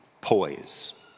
Poise